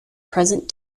present